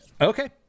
Okay